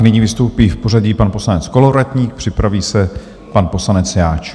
Nyní vystoupí v pořadí pan poslanec Kolovratník, připraví se pan poslanec Jáč.